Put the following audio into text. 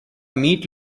meat